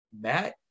Matt